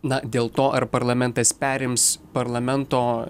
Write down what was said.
na dėl to ar parlamentas perims parlamento